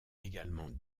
également